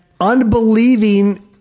unbelieving